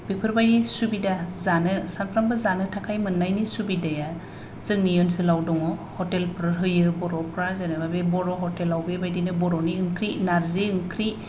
बेफोरबादि सुबिदा जानो सानफ्रोमबो जानो थाखाय मोननायनि सुबिदाया जोंनि ओनसोलाव दङ हटेल फोर होयो बर'फ्रा बेबादिनो बर' हटेल फ्राव बर'नि ओंख्रि नारजि ओंख्रि